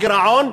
הגירעון.